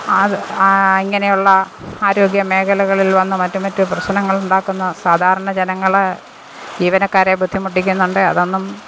ഇങ്ങനെ ഉള്ള ആരോഗ്യമേഖലകളിൽ വന്ന് മറ്റ് മറ്റ് പ്രശ്നങ്ങളുണ്ടാക്കുന്ന സാധാരണ ജനങ്ങൾ ജീവനക്കാരെ ബുദ്ധിമുട്ടിക്കുന്നുണ്ട് അതൊന്നും